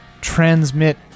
transmit